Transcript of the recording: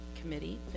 Committee